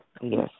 Yes